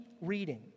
reading